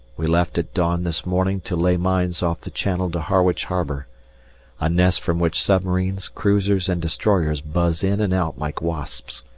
we left at dawn this morning to lay mines off the channel to harwich harbour a nest from which submarines, cruisers and destroyers buzz in and out like wasps.